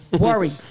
Worry